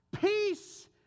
peace